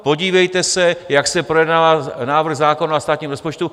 Podívejte se, jak se projednává návrh zákona o státním rozpočtu.